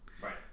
Right